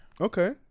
Okay